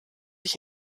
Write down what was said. ich